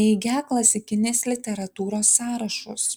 neigią klasikinės literatūros sąrašus